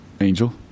Angel